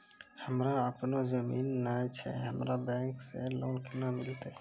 हमरा आपनौ जमीन नैय छै हमरा बैंक से लोन केना मिलतै?